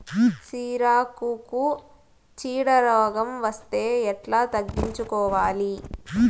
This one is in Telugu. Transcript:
సిరాకుకు చీడ రోగం వస్తే ఎట్లా తగ్గించుకోవాలి?